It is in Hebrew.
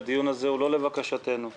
אני מבקש לא להפריע.